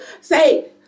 say